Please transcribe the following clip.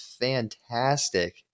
fantastic